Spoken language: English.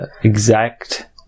exact